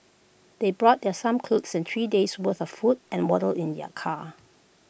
they brought their some clothes and three days' worth of food and water in their car